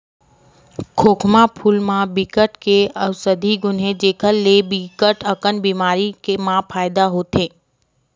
खोखमा फूल म बिकट के अउसधी गुन हे जेखर ले बिकट अकन बेमारी म फायदा होथे